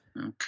Okay